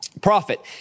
profit